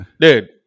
dude